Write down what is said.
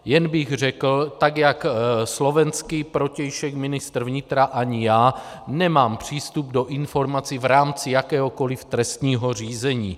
Jen bych řekl, tak jak slovenský protějšek ministr vnitra, ani já nemám přístup do informací v rámci jakéhokoli trestního řízení.